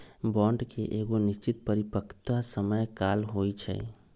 bond के एगो निश्चित परिपक्वता समय काल होइ छइ